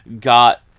got